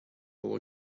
all